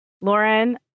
Lauren